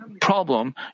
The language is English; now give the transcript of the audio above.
problem